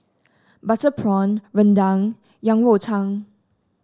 Butter Prawn rendang Yang Rou Tang